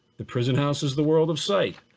the prison houses the world of sight.